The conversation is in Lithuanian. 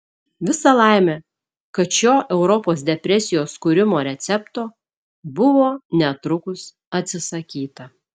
visa laimė kad šio europos depresijos kūrimo recepto buvo netrukus atsisakyta